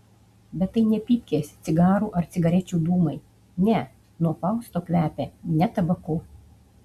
bet tai ne pypkės cigarų ar cigarečių dūmai ne nuo fausto kvepia ne tabaku